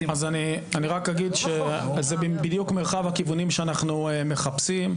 אז אני רק אגיד שזה בדיוק מרחב הכיוונים שאנחנו מחפשים,